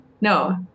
No